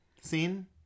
scene